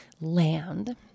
land